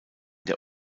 der